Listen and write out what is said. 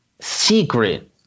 secret